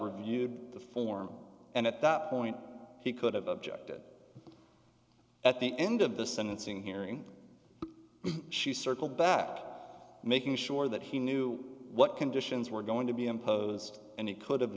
reviewed the form and at that point he could have objected at the end of the sentencing hearing she circle back making sure that he knew what conditions were going to be imposed and he could have